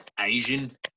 Asian